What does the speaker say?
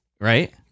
Right